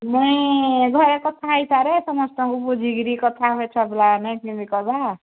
ନାଇଁ ଘରେ କଥା ହେଇସାରେ ସମସ୍ତଙ୍କୁ ବୁଝିକିରି କଥା ହୁଏ ଛୁଆପିଲା ମାନେ ଯିବେ କବା